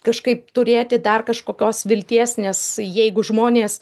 kažkaip turėti dar kažkokios vilties nes jeigu žmonės